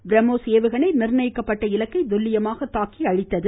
பிரம்மோஸ் ஏவகணை நிர்ணயிக்கப்பட்ட இலக்கை துல்லியமாக தாக்கி அழித்தது